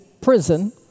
prison